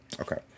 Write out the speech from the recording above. Okay